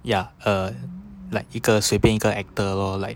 ya uh like 一个随便一个 actor lor like